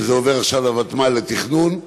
וזה עובר עכשיו לוותמ"ל לתכנון,